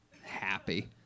happy